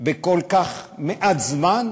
בכל כך מעט זמן,